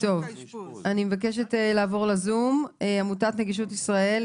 אני מבקשת לעבור לעמותת נגישות ישראל,